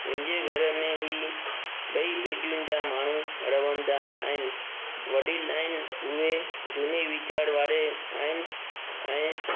मुंहिंजे घर में ई ॿई पीढ़ीयुनि जा माण्हू रहंदा आहिनि वॾी लाइन में झूने वीचार वारे आहिनि ऐं